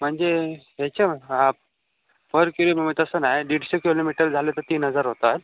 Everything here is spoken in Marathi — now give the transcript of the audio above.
म्हणजे ह्याच्या आ पर किलोमीटर तसं नाही दीडशे किलोमीटर झालं तर तीन हजार होतात